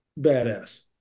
badass